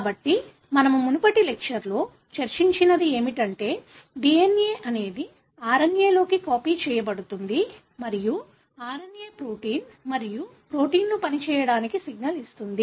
కాబట్టి మనము మునుపటి లెక్చర్ లో చర్చించినది ఏమిటంటే DNA అనేది RNA లోకి కాపీ చేయబడుతుంది మరియు RNA ప్రోటీన్ మరియు ప్రోటీన్లు పని చేయడానికి సిగ్నల్ ఇస్తుంది